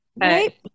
Right